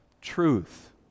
truth